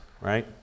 right